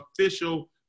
official